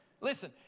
Listen